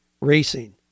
racing